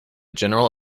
general